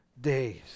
days